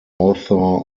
author